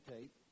tape